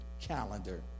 calendar